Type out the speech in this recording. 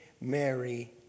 Mary